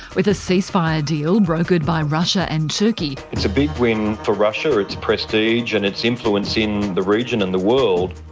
with a ceasefire deal brokered by russia and turkey. it's a big win for russia, its prestige and its influence in the region and the world.